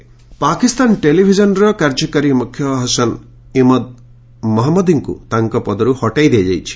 ଇମ୍ରାନ୍ ବେଗିଂ ପାକିସ୍ତାନ ଟେଲିଭିଜନର କାର୍ଯ୍ୟକାରୀ ମୁଖ୍ୟ ହସନ୍ ଇମଦ୍ ମହମ୍ମଦିଙ୍କୁ ତାଙ୍କ ପଦରୁ ହଟାଇ ଦିଆଯାଇଛି